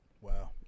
Wow